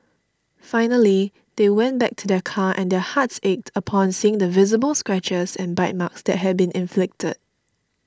finally they went back to their car and their hearts ached upon seeing the visible scratches and bite marks that had been inflicted